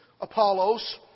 Apollos